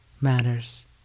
matters